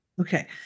Okay